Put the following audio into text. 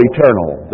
Eternal